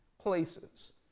places